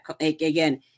Again